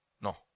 No